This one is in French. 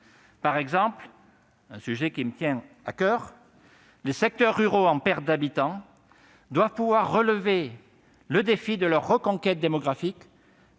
Par exemple, c'est un sujet qui me tient à coeur, les secteurs ruraux en perte d'habitants doivent pouvoir relever le défi de leur reconquête démographique